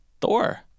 Thor